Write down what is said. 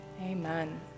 amen